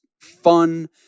fun